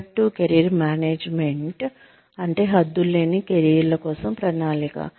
proactive career management అంటే హద్దులు లేని కెరీర్ల కోసం ప్రణాళిక